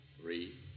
three